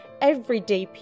everyday